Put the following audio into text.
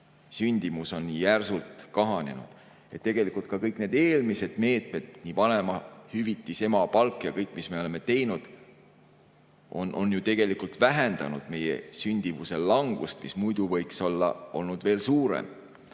Sündimus on järsult kahanenud. Tegelikult kõik need eelmised meetmed – vanemahüvitis ehk emapalk ja kõik muu, mis me oleme teinud – on tegelikult vähendanud meie sündimuse langust, muidu võiks see olla veel suurem.